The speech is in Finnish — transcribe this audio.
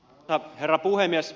arvoisa herra puhemies